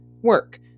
work